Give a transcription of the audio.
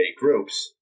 groups